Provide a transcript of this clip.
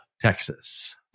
Texas